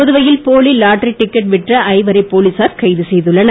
புதுவையில் போலி lottery ticket விற்ற ஐவரை போலீசார் கைது செய்துள்ளனர்